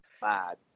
Bad